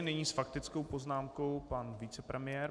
Nyní s faktickou poznámkou pan vicepremiér.